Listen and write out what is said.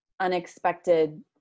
unexpected